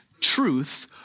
truth